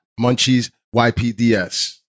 MunchiesYPDS